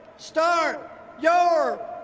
start your